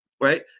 right